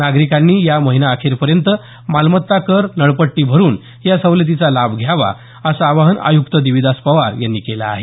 नागरिकांनी या महिनाअखेरपर्यंत मालमत्ता कर नळपट्टी भरून या सवलतीचा लाभ घ्यावा असं आवाहन आयुक्त देविदास पवार यांनी केलं आहे